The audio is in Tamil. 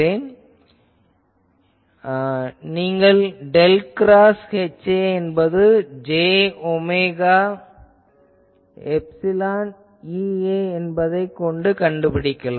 எனவே நீங்கள் டெல் கிராஸ் HA என்பது j ஒமேகா எப்சிலான் EA என்பதைக் கண்டுபிடிக்கலாம்